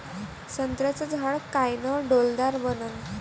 संत्र्याचं झाड कायनं डौलदार बनन?